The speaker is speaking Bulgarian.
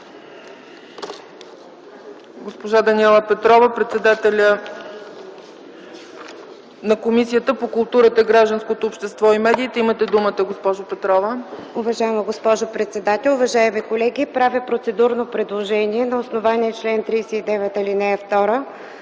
Госпожа Даниела Петрова – председателят на Комисията по културата, гражданското общество и медиите. Имате думата, госпожо Петрова. ДОКЛАДЧИК ДАНИЕЛА ПЕТРОВА: Уважаема госпожо председател, уважаеми колеги! Правя процедурно предложение – на основание чл. 39, ал. 2